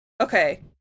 Okay